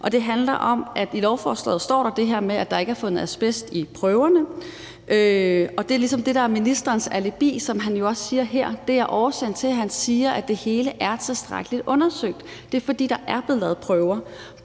og det handler om, at der i lovforslaget står det her med, at der ikke er fundet asbest i prøverne. Og det er ligesom det, der er ministerens alibi, som han jo også siger her. Det er årsagen til, at han siger, at det hele er tilstrækkeligt undersøgt. Det er, fordi der er blevet lavet prøver.